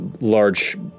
large